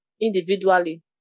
individually